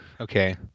okay